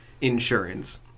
insurance